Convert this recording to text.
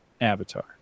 avatar